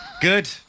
Good